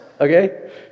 Okay